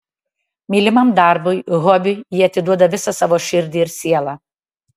mylimam darbui hobiui jie atiduoda visą savo širdį ir sielą